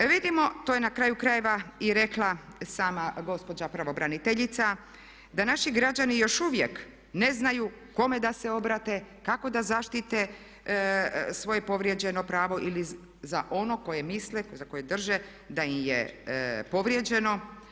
Vidimo, to je na kraju krajeva i rekla sama gospođa pravobraniteljica, da naši građani još uvijek ne znaju kome da se obrate, kako da zaštite svoje povrijeđeno pravo ili za ono za koje drže da im je povrijeđeno.